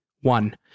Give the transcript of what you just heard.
one